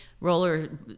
roller